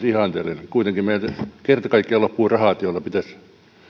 ihanteellinen kuitenkin meiltä kerta kaikkiaan loppuu rahat joilla pitäisi